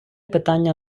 питання